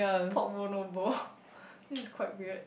pork bowl no bowl this is quite weird